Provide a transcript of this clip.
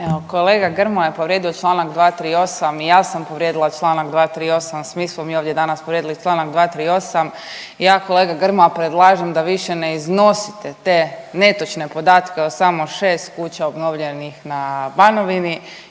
kolega Grmoja je povrijedio članak 238. i ja sam povrijedila članak 238. Svi smo mi ovdje povrijedili članak 238. Ja kolega Grmoja predlažem da više ne iznosite te netočne podatke o samo šest kuća obnovljenih na Banovini,